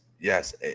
Yes